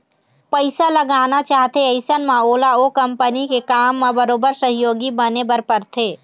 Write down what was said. पइसा लगाना चाहथे अइसन म ओला ओ कंपनी के काम म बरोबर सहयोगी बने बर परथे